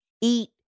eat